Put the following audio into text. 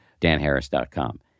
danharris.com